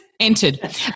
Entered